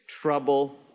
trouble